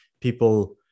people